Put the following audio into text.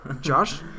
Josh